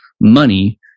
money